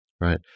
Right